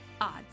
odds